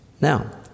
Now